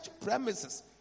premises